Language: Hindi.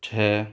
छः